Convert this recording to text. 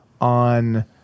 on